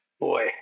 boy